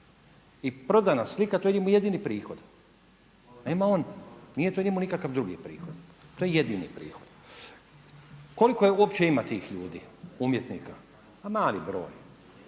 i prodana slika to je njemu jedini prihod. Nije to njemu nikakav drugi prihod. To je jedini prihod. Koliko uopće ima tih ljudi umjetnika? Mali broj.